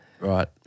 Right